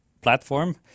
platform